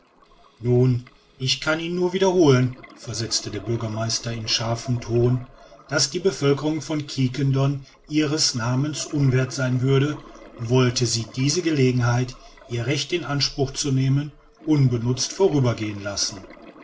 nun ich kann ihnen nur wiederholen versetzte der bürgermeister in scharfem ton daß die bevölkerung von quiquendone ihres namens unwerth sein würde wollte sie diese gelegenheit ihr recht in anspruch zu nehmen unbenutzt vorübergehen lassen